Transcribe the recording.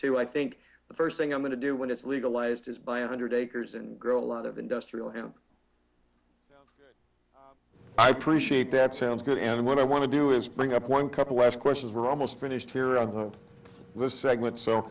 too i think the first thing i'm going to do when it's legalized is buy a hundred acres and grow a lot of industrial hemp i predict that sounds good and what i want to do is bring up one couple last questions we're almost finished here on this segment so